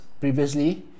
previously